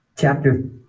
Chapter